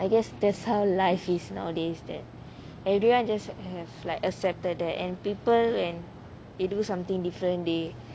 I guess that's how life is nowadays that everyone just have like accepted that and people when they do something different they